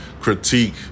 critique